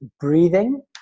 breathing